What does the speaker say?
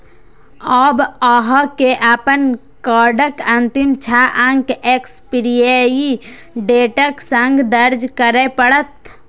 आब अहां के अपन कार्डक अंतिम छह अंक एक्सपायरी डेटक संग दर्ज करय पड़त